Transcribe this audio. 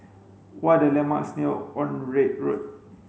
what are the landmarks near Onraet Road